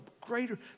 greater